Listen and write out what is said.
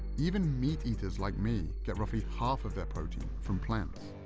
even meat-eaters like me get roughly half of their protein from plants.